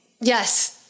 Yes